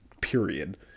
Period